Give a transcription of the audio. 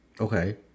Okay